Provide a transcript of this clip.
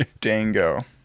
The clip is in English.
Dango